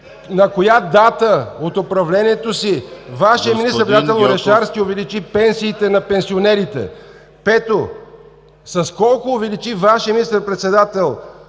на коя дата от управлението си Вашият министър-председател Станишев увеличи пенсиите на пенсионерите? Пето, с колко увеличи Вашият министър-председател